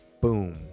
Boom